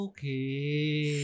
Okay